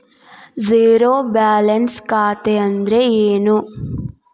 Zero balance ಖಾತೆ ಅಂದ್ರೆ ಏನು?